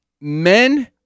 Men